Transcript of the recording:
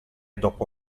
dopo